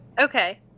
okay